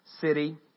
city